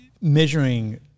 measuring